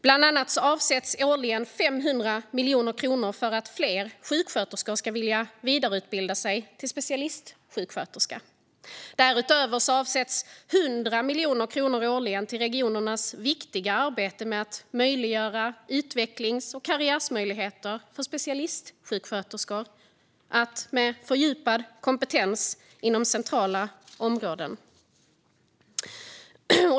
Bland annat avsätts årligen 500 miljoner kronor för att fler sjuksköterskor ska vilja vidareutbilda sig till specialistsjuksköterska. Därutöver avsätts 100 miljoner kronor årligen till regionernas viktiga arbete med att skapa utvecklings och karriärmöjligheter för specialistsjuksköterskor med fördjupad kompetens inom centrala områden.